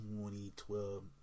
2012